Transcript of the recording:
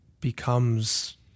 becomes